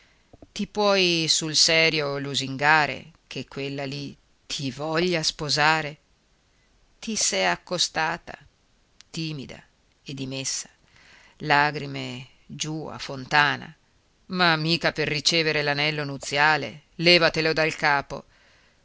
ti puoi sul serio lusingare che quella lì ti voglia sposare ti s'è accostata timida e dimessa lagrime giù a fontana ma mica per ricevere l'anello nuziale levatelo dal capo